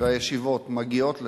והישיבות מגיעות לצה"ל,